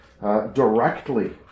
directly